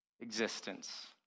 existence